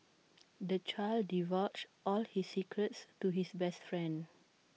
the child divulged all his secrets to his best friend